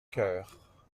cœur